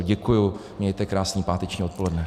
Děkuju, mějte krásné páteční odpoledne.